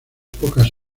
pocas